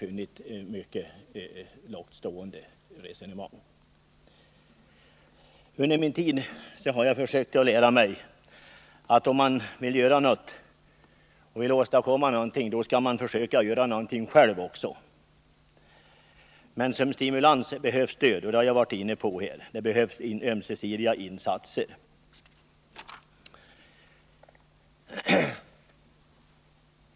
Under min tid i politiken har jag lärt mig att man, om man vill åstadkomma någonting, också får försöka göra någonting själv. Men som stimulans för åtgärder på detta område behövs ett stöd, som jag redan tidigare framhållit.